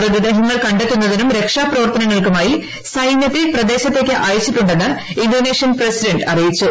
മൃതദേഹങ്ങൾ ക ത്തുന്നതിനും രക്ഷാപ്രർത്തനങ്ങൾക്കുമായി സൈന്യത്തെ ന്ന് പ്രദേശത്ത് അയച്ചിട്ടുടെ ഇൻഡോനേഷ്യൻ പ്രസിഡന്റ് അറിയിച്ചു